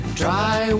dry